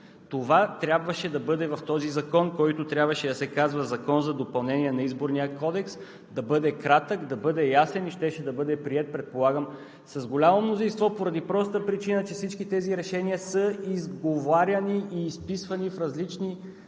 Това трябваше да бъде в този закон, който трябваше да се казва „Закон за допълнение на Изборния кодекс“, да бъде кратък, да бъде ясен и щеше да бъде приет, предполагам, с голямо мнозинство поради простата причина, че всички тези решения са изговаряни и изписвани в различни